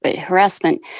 harassment